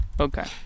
Okay